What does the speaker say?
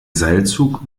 seilzug